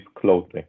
closely